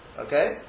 Okay